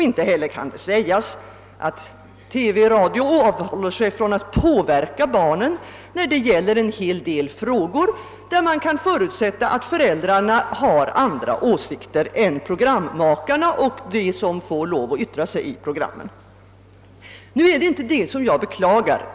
Inte heller kan det sägas att radio-TV avhåller sig från att påverka barnen när det gäller en hel del frågor där man kan förutsätta att föräldrarna har andra åsikter än programmakarna och de som får lov att yttra sig i programmen. Det är inte detta jag beklagar.